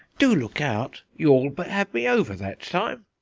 do look out you all but had me over that time!